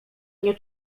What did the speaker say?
nie